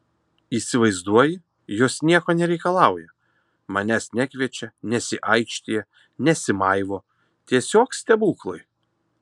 įsivaizduoji jos nieko nereikalauja manęs nekviečia nesiaikštija nesimaivo tiesiog stebuklai